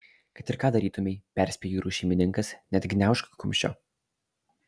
kad ir ką darytumei perspėjo jūrų šeimininkas neatgniaužk kumščio